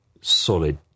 solid